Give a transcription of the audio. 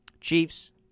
Chiefs